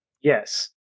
Yes